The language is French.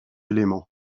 éléments